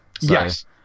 yes